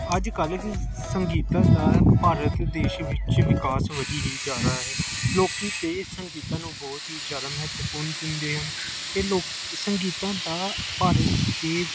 ਅੱਜ ਕੱਲ੍ਹ ਦੀ ਸੰਗੀਤ ਦਾ ਭਾਰਤ ਦੇਸ਼ ਵਿੱਚ ਵਿਕਾਸ ਵਧੀ ਹੀ ਜਾ ਰਿਹਾ ਹੈ ਲੋਕ ਤਾਂ ਸੰਗੀਤ ਨੂੰ ਬਹੁਤ ਹੀ ਜ਼ਿਆਦਾ ਮਹੱਤਵਪੂਰਨ ਦਿੰਦੇ ਹਨ ਅਤੇ ਲੋਕ ਸੰਗੀਤ ਦਾ ਭਾਰਤ ਦੇ